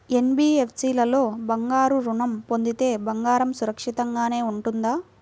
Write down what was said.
NBFC లో బంగారు ఋణం పొందితే బంగారం సురక్షితంగానే ఉంటుందా?